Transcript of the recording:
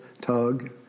tug